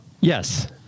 Yes